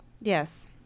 Yes